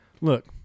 look